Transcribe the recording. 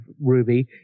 Ruby